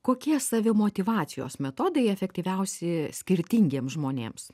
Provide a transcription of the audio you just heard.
kokie savimotyvacijos metodai efektyviausi skirtingiems žmonėms